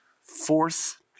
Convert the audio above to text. fourth